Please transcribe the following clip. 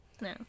No